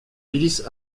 milice